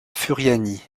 furiani